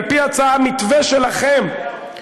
על-פי המתווה שלכם,